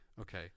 Okay